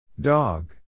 dog